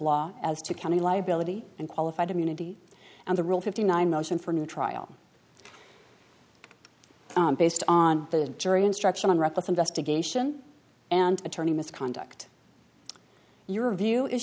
law as to county liability and qualified immunity and the rule fifty nine motion for new trial based on the jury instruction on reckless investigation and attorney misconduct your view is